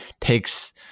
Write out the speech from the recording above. takes